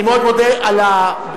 אני מאוד מודה על הפירוט,